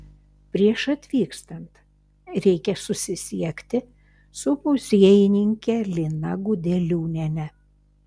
prieš atvykstant reikia susisiekti su muziejininke lina gudeliūniene